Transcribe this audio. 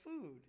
food